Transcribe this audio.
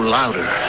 louder